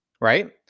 right